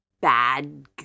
bad